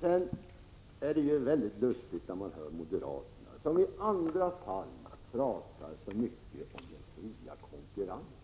Sedan är det mycket lustigt när man hör moderaterna. I andra fall pratar ni så mycket om den fria konkurrensen.